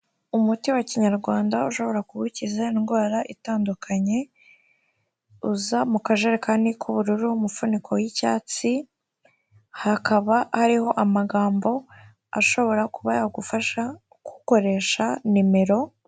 Umuti wa kinyarwanda ushobora kuba ukiza indwara itandukanye, uza mu kajerekani k'ubururu, umufuniko w'icyatsi, hakaba hariho amagambo ashobora kuba yagufasha k'ukoresha nimero,...